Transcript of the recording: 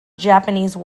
japanese